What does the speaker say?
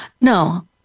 No